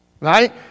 Right